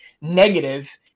negative